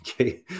Okay